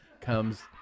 comes